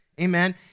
Amen